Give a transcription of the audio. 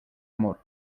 amor